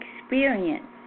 experience